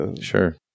Sure